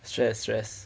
stress stress